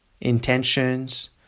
intentions